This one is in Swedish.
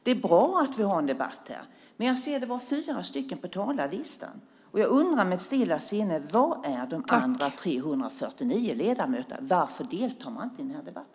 Det är bra att vi har en debatt här, men det var bara fyra namn på talarlistan. Jag undrar i mitt stilla sinne: Var är alla övriga av de 349 ledamöterna? Varför deltar man inte i denna debatt?